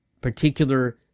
particular